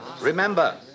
Remember